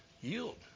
yield